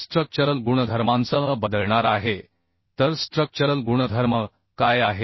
structural गुणधर्मांसह बदलणार आहे तर स्ट्रक्चरल गुणधर्म काय आहेत